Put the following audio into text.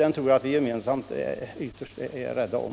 Detta tror jag att vi allesammans är rädda om.